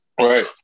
Right